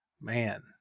man